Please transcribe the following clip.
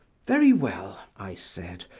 very well, i said,